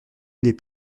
les